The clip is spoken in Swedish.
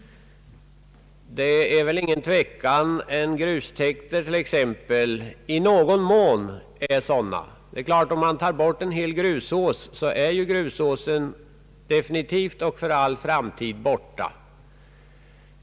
Det råder väl ingen tvekan om att t.ex. grustäkter i någon mån är sådana. Om man tar bort en hel grusås, så är ju grusåsen definitivt och för all framtid borta.